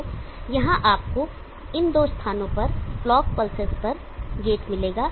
तो यहाँ आपको इन दो स्थानों पर क्लॉक पल्सेस पर गेट मिलेगा